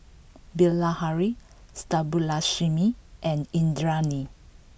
Bilahari Subbulakshmi and Indranee